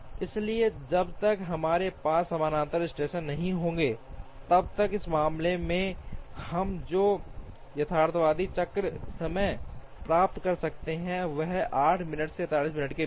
इसलिए जब तक हमारे पास समानांतर स्टेशन नहीं होंगे तब तक इस मामले में हम जो यथार्थवादी चक्र समय प्राप्त कर सकते हैं वह 8 मिनट से 47 मिनट के बीच है